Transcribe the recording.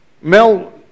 Mel